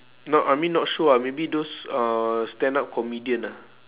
not I mean not show ah maybe those uh stand up comedian ah